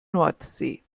nordsee